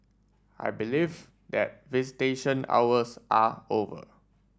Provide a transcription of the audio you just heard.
I believe that visitation hours are over